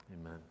Amen